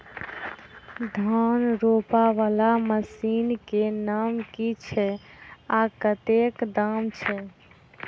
धान रोपा वला मशीन केँ नाम की छैय आ कतेक दाम छैय?